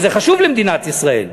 שזה חשוב למדינת ישראל.